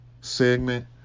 segment